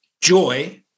joy